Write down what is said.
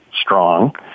strong